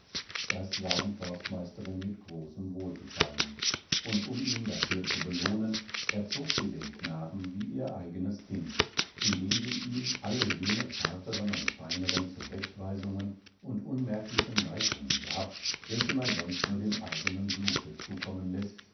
das sah die forstmeisterin mit großem wohlgefallen und um ihn dafür zu belohnen erzog sie den knaben wie ihr eigenes kind indem sie ihm alle jene zarteren und feineren zurechtweisungen und unmerklichen leitungen gab welche man sonst nur dem eigenen blute zukommen läßt